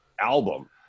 album